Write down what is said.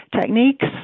techniques